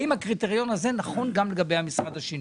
האם הקריטריון הזה נכון גם לגבי המשרד השני?